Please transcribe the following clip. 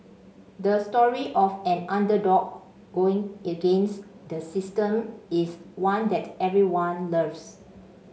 the story of an underdog going against the system is one that everyone loves